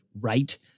right